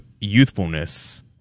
youthfulness